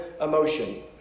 emotion